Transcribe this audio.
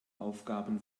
aufgaben